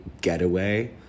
getaway